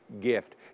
gift